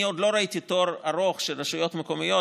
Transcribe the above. אני עוד לא ראיתי תור ארוך של רשויות מקומיות